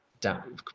down